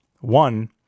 One